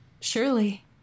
surely